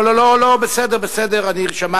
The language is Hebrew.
לא, לא, לא, בסדר, בסדר, אני שמעתי.